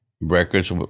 records